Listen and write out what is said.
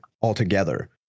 altogether